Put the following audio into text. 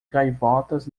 gaivotas